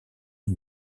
une